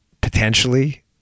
potentially